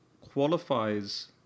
qualifies